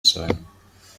sein